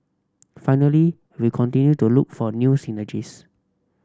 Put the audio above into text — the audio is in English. finally we continue to look for new synergies